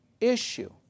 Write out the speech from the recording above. issue